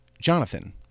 Jonathan